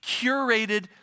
curated